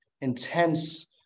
intense